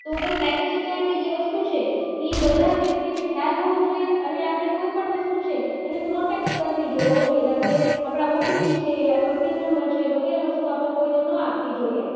તો બસ cyber security જે વસ્તુ છે એ બધા વ્યક્તિને ખ્યાલ હોવો જોઈએ અને આપણે કોઈપણ વસ્તુ છે એને પ્રોટેક્ટ કરવી જોઈએ ઓલવેસ આપણે આપણા ઓટીપી છે આપણો પિન નંબર છે વગેરે વસ્તુ આપણે કોઈને ન આપવી જોઈએ